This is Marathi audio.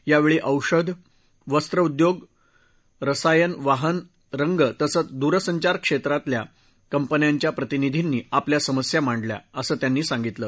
यावेळी औषध वस्त्रउद्योग रसायनवाहन रंग तसंच दूरसंचार क्षेत्रातल्या कंपन्यांच्या प्रतिनिधींनी आपल्या समस्या मांडल्या असं त्यांनी सांगितलं